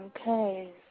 Okay